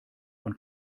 von